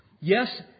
Yes